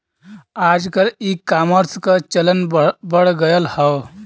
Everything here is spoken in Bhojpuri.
आजकल ईकामर्स क चलन बढ़ गयल हौ